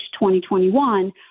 2021